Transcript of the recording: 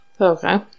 Okay